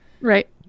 Right